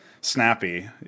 Snappy